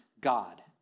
God